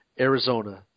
Arizona